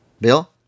Bill